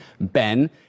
Ben